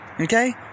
Okay